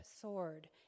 sword